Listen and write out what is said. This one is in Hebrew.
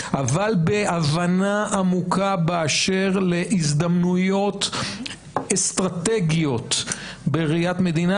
אבל בהבנה עמוקה באשר להזדמנויות אסטרטגיות בראיית מדינה,